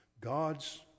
God's